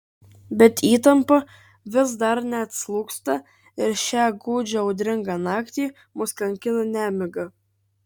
bet įtampa vis dar neatslūgsta ir šią gūdžią audringą naktį mus kankina nemiga